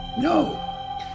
No